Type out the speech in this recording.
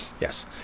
Yes